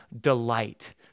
delight